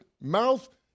mouth